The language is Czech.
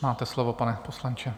Máte slovo, pane poslanče.